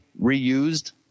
reused